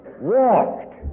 walked